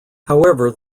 however